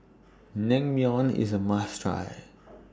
Naengmyeon IS A must Try